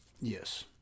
Yes